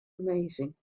amazing